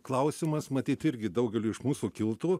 klausimas matyt irgi daugeliui iš mūsų kiltų